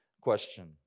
question